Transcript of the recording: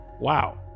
wow